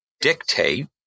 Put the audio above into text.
dictate